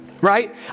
Right